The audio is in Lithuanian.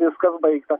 viskas baigta